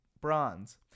bronze